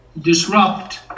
disrupt